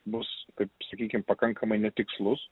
bus kaip sakykim pakankamai netikslus